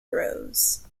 throws